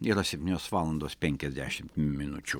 dienos septynios valandos penkiasdešimt minučių